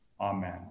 Amen